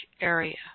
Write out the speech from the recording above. area